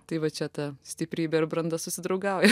tai va čia ta stiprybė ir branda susidraugauja